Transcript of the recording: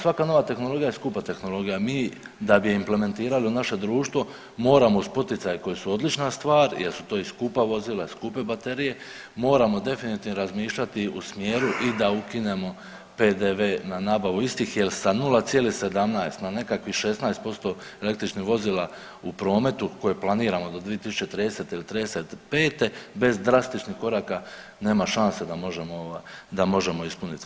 Svaka nova tehnologija je skupa tehnologija i mi da bi je implementirali u naše društvo moramo uz poticaje koji su odlična stvar jer su to i skupa vozila, skupe baterije moramo definitivno razmišljati u smjeru i da ukinemo PDV-e na nabavu istih jer sa 0,17 na nekakvih 16% električnih vozila u prometu koje planiramo do 2030. – 35. bez drastičnih koraka nema šanse da možemo ispuniti.